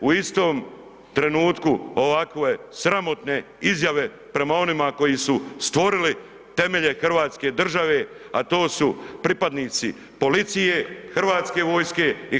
U istom trenutku ovakve sramotne izjave prema onima koji su stvorili temelje hrvatske države, a to su pripadnici policije, HV-a i HOS-a.